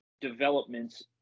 developments